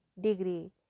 degree